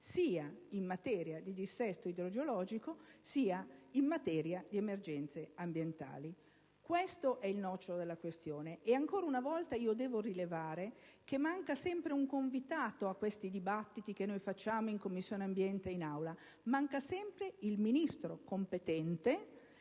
sia in materia di dissesto idrogeologico sia in materia di emergenze ambientali. Questo è il nocciolo della questione. E ancora una volta devo rilevare che manca sempre un convitato a questi dibattiti che facciamo in Commissione ambiente e in Aula: manca sempre il Ministro competente,